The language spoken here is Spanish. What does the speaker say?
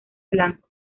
blanco